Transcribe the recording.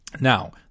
Now